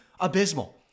abysmal